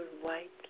white